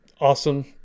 awesome